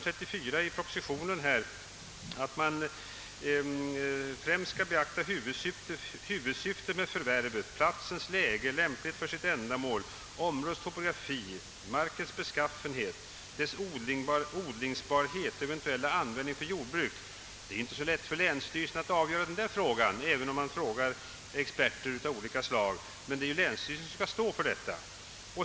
34 i propositionen har justitieministern nämligen sagt: »Vid tillståndsprövningen bör främst beaktas huvudsyftet med förvärvet men också sådana faktorer som platsens läge och lämplighet för sitt ändamål, områdets topografi, markens beskaffenhet, däribland dess odlingsbarhet och eventuella användning för jordbruk.» Det är inte så lätt för länsstyrelsen att avgöra denna fråga, även om man där talar med experter av olika slag. Men det är länsstyrelsen som skall stå för detta.